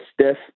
stiff